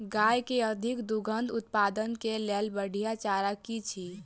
गाय केँ अधिक दुग्ध उत्पादन केँ लेल बढ़िया चारा की अछि?